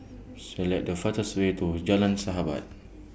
Select The fastest Way to Jalan Sahabat